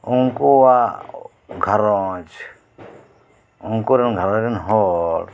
ᱩᱱᱠᱩᱣᱟᱜ ᱜᱷᱟᱨᱚᱧᱡᱽ ᱩᱱᱠᱩᱨᱮᱱ ᱜᱷᱟᱨᱚᱧᱡᱽ ᱨᱮᱱ ᱦᱚᱲ